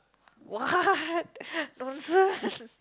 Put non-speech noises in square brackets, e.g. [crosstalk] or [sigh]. what [laughs] nonsense [laughs]